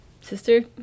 Sister